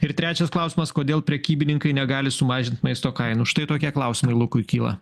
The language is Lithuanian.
ir trečias klausimas kodėl prekybininkai negali sumažint maisto kainų štai tokie klausimai lukui kyla